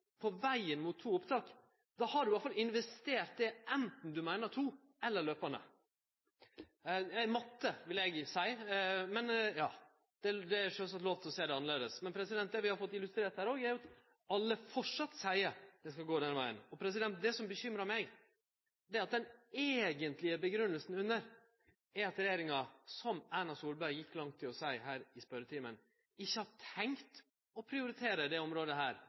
på vegen mot to opptak. Då har ein iallfall investert det anten ein meiner to eller løpande opptak. Det er matte, vil eg seie – men det er sjølvsagt lov til å sjå det annleis. Men det vi har fått illustrert her òg, er at alle framleis seier at det skal gå den vegen. Det som bekymrar meg, er at den eigentlege underliggjande grunngjevinga er at regjeringa ikkje har tenkt å prioritere dette området dei neste åra – som statsminister Erna Solberg gjekk langt i å seie her i spørjetimen